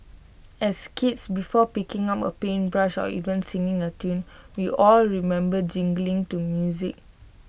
as kids before picking up A paintbrush or even singing A tune we all remember jiggling to music